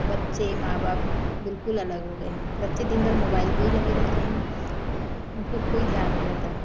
बच्चे माँ बाप बिल्कुल अलग हो गए हैं बच्चे दिन भर मोबाइल पर ही लगे रहते हैं उनको कोई ध्यान नी रहता